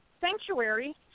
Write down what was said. sanctuary